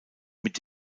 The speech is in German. mit